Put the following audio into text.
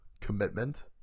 commitment